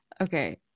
Okay